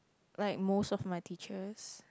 like most of my teachers